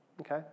Okay